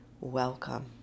Welcome